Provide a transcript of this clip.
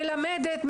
מלמדת,